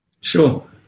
Sure